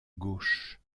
gauche